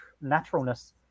naturalness